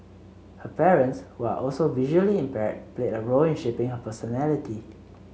her parents who are also visually impaired played a role in shaping her personality